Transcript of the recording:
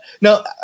No